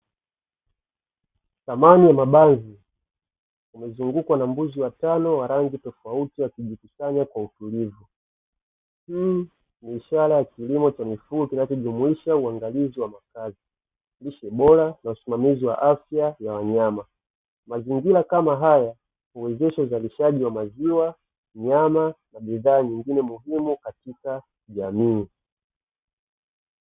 Thamani ya mabanzi umezungukwa na mbuzi watano wa rangi tofauti wakijitihusanya kwa utulivu. Hii ni ishara ya kilimo cha mifugo kinachojumuisha uangalizi wa makazi, lishe bora na usimamizi wa afya ya wanyama. Mazingira kama haya huwezesha uzalishaji wa maziwa, nyama na bidhaa nyingine muhimu katika jamii.